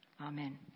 Amen